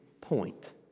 point